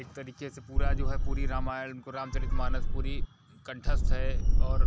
एक तरीके से पूरा जो है पूरी रामायन उनको राम चरित मानस पूरी कंठस्त है और